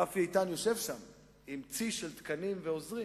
רפי איתן יושב שם עם צי של תקנים ועוזרים,